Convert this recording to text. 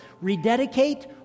rededicate